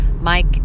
Mike